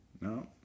No